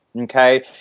okay